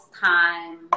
time